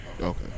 Okay